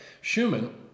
Schumann